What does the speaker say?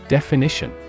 Definition